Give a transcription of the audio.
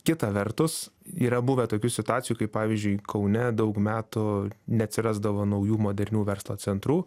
kita vertus yra buvę tokių situacijų kai pavyzdžiui kaune daug metų neatsirasdavo naujų modernių verslo centrų